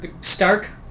Stark